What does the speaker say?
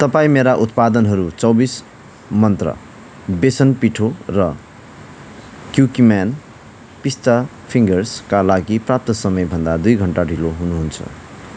तपाईँ मेरा उत्पादनहरू चौबिस मन्त्र बेसन पिठो र क्युकिम्यान पिस्ता फिङ्गर्सका लागि प्राप्त समयभन्दा दुइ घन्टा ढिलो हुनुहुन्छ